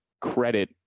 credit